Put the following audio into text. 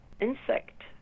insect